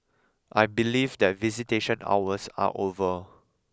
I believe that visitation hours are over